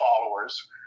followers